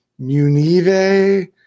Munive